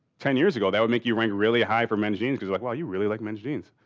ten years ago that would make you rank really high for men's jeans because, like, well, you really like men's jeans.